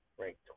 ranked